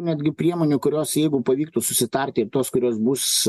netgi priemonių kurios jeigu pavyktų susitarti ir tos kurios bus